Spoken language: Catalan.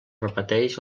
repeteix